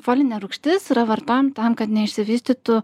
folinė rūgštis yra vartojam tam kad neišsivystytų